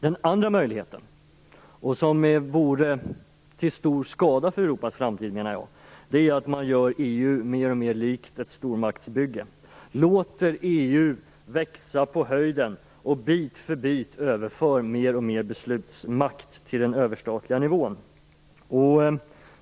Den andra möjligheten - som vore till stor skada för Europas framtid - är att man gör EU mer och mer likt ett stormaktsbygge och att man låter EU växa på höjden och bit för bit överför mer och mer beslutsmakt till den överstatliga nivån.